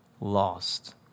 lost